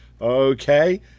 okay